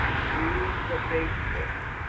use the facebook,